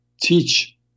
teach